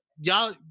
Y'all